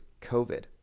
COVID